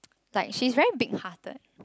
like she's very big hearted